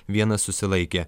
vienas susilaikė